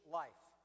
life